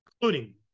including